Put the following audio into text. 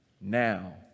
now